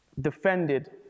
defended